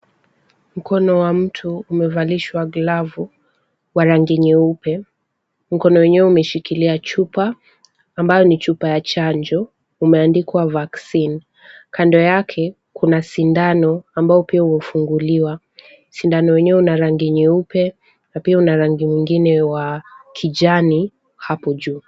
Mkono wa mtu umevalishwa glavu wa rangi nyeupe. Mkono wenyewe umeshikilia chupa ambayo ni chupa ya chanjo, umeandikwa Vaccine . Kando yake kuna sindano ambao pia umefunguliwa, sindano wenyewe una rangi nyeupe na pia una rangi mwingine wa kijani hapo juu.